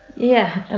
yeah. and